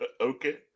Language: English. Okay